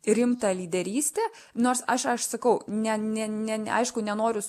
rimtą lyderystę nors aš aš sakau ne ne ne aišku nenoriu